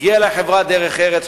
הגיעה אלי חברת "דרך ארץ",